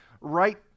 right